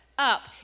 up